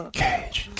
cage